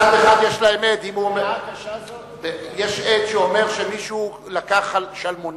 מצד אחד יש להם עד שאומר שמישהו לקח שלמונים,